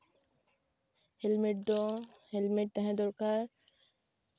helmet ᱫᱚ helmet ᱛᱟᱦᱮᱸ ᱫᱚᱨᱠᱟᱨ